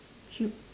cute